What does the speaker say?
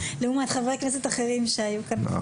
לעומת חברי כנסת אחרים שהיו כאן.